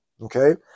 okay